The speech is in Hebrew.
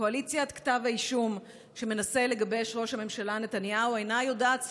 קואליציית כתב האישום שמנסה לגבש ראש הממשלה נתניהו אינה יודעת שובע.